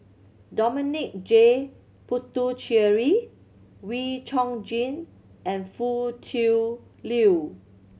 Dominic J Puthucheary Wee Chong Jin and Foo Tui Liew